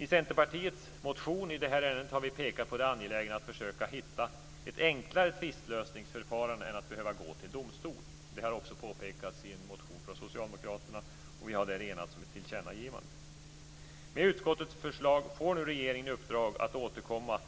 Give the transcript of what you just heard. I Centerpartiets motion i det här ärendet har vi pekat på det angelägna i att försöka hitta ett enklare tvistlösningsförfarande än det som innebär att man behöver gå till domstol. Det har också påpekats i en motion från socialdemokraterna, och vi har enats om ett tillkännagivande. Med utskottets förslag får nu regeringen i uppdrag att återkomma